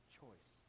choice